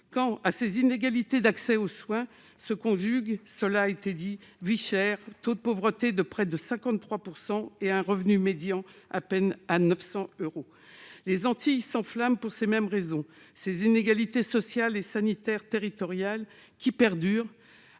Quand, à ces inégalités d'accès aux soins se conjuguent- cela a été dit -vie chère, un taux de pauvreté à près de 53 % et un revenu médian d'à peine 900 euros ? Les Antilles s'enflamment pour les mêmes raisons : ces inégalités sociales et sanitaires territoriales qui perdurent,